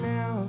Now